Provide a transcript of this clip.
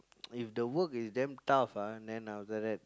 if the work is damn tough ah then after that